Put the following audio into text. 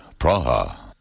Praha